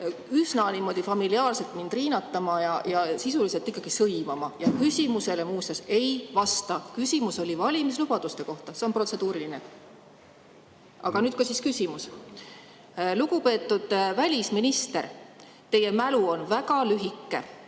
üsna niimoodi familiaarselt mind riinatama ja sisuliselt ikkagi sõimama ja küsimusele, muuseas, ei vasta. Küsimus oli valimislubaduste kohta. See on protseduuriline küsimus. Aga nüüd siis küsimus. Lugupeetud välisminister, teie mälu on väga lühike.